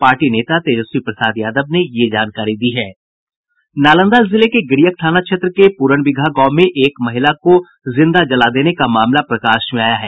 party नेता तेजस्वी प्रसाद यादव ने ये जानकारी दी है नालंदा जिले के गिरियक थाना क्षेत्र के पूरन बिगहा गांव में एक महिला को जिंदा जला देने का मामला प्रकाश में आया है